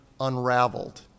unraveled